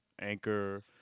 anchor